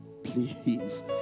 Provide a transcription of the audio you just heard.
Please